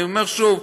אני אומר שוב: